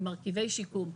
עם מרכיבי שיקום.